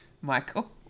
Michael